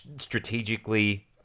strategically